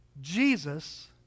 Jesus